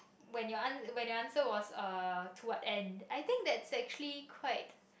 when your an~ when your answer is uh to what end I think that's actually quite